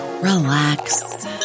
relax